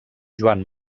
joan